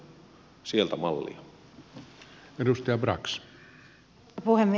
arvoisa puhemies